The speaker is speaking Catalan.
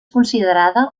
considerada